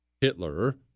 Hitler